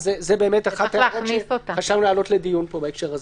זאת אחת ההצעות שחשבנו להעלות לדיון בהקשר הזה.